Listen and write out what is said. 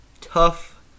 tough